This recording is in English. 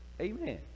Amen